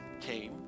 came